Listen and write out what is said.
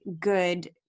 good